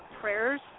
prayers